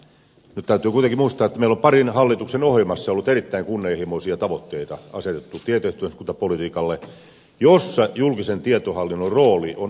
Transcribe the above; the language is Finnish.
nyt täytyy kuitenkin muistaa että meillä on parin hallituksen ohjelmassa erittäin kunnianhimoisia tavoitteita asetettu tietoyhteiskuntapolitiikalle jossa julkisen tietohallinnon rooli on aivan keskeinen